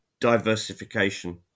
diversification